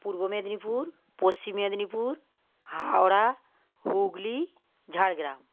Purba Medinipur Paschim Medinipur Howrah Hooghly Jhargram